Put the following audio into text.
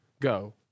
go